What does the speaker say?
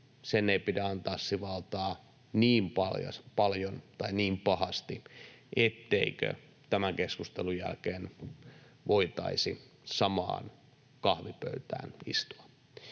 sen ei pidä antaa sivaltaa niin paljon tai niin pahasti, etteikö tämän keskustelun jälkeen voitaisi samaan kahvipöytään istua.